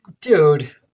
Dude